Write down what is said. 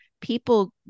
people